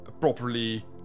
properly